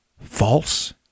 false